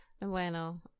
bueno